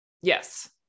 yes